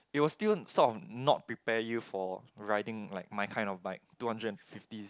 it will still sort of not prepare you for riding like my kind of bike two hundred and fifty